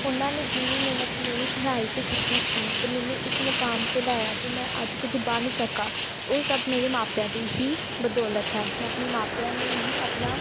ਉਹਨਾਂ ਨੇ ਜਿੰਨੀ ਮਿਹਨਤ ਮੇਰੀ ਪੜ੍ਹਾਈ 'ਤੇ ਕੀਤੀ ਸੀ ਅਤੇ ਮੈਨੂੰ ਇਸ ਮੁਕਾਮ 'ਤੇ ਲਾਇਆ ਕਿ ਮੈਂ ਅੱਜ ਕੁਝ ਬਣ ਸਕਾਂ ਉਹ ਸਭ ਮੇਰੇ ਮਾਪਿਆਂ ਦੀ ਹੀ ਬਦੌਲਤ ਹੈ ਮੈਂ ਆਪਣੇ ਮਾਪਿਆਂ ਨੂੰ ਹੀ ਆਪਣਾ